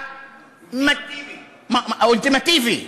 האולטימטיבי.